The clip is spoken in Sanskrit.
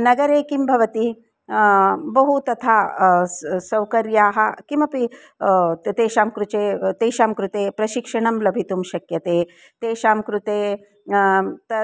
नगरे किं भवति बहु तथा सौकर्याणि किमपि तेषां कृचे तेषां कृते प्रशिक्षणं लब्धुं शक्यते तेषां कृते